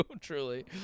truly